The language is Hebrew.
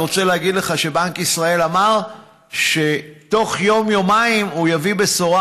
אני רוצה להגיד לך שבנק ישראל אמר שתוך יום-יומיים הוא יביא בשורה.